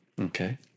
Okay